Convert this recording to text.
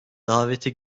daveti